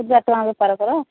ହଜାରେ ଟଙ୍କା ବେପାର କର